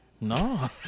No